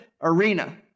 arena